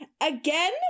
Again